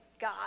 God